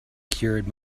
cured